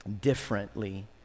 differently